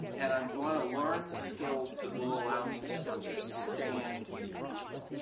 and i'm going to learn the skills that will allow me to understand the original.